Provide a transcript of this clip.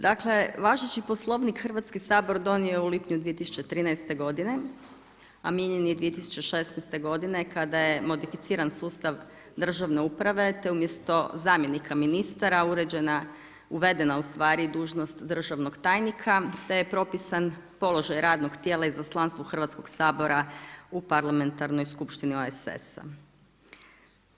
Dakle, važeći Poslovnik Hrvatski sabor donio je u lipnju 2013. godine a mijenjan je 2016. godine kada je modificiran sustav državne uprave, te umjesto zamjenika ministara uređena, uvedena u stvari dužnost državnog tajnika, te je propisan položaj radnog tijela, izaslanstvo Hrvatskog sabora u Parlamentarnoj skupštini OESS-a.